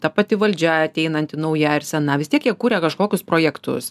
ta pati valdžia ateinanti nauja ar sena vis tiek jie kuria kažkokius projektus